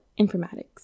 informatics